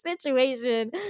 situation